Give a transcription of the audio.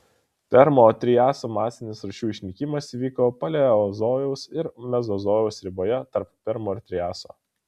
permo triaso masinis rūšių išnykimas įvyko paleozojaus ir mezozojaus riboje tarp permo ir triaso